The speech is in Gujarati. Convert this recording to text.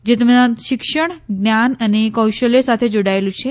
જે તેમના શિક્ષણ જ્ઞાન અને કૌશલ્ય સાથે જોડાયેલું છે